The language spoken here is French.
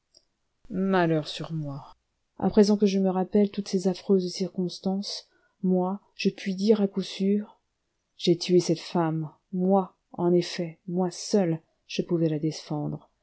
malheur sur moi à présent que je me rappelle toutes ces affreuses circonstances moi je puis dire à coup sûr j'ai tué cette femme moi en effet moi seul je pouvais la défendre